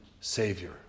Savior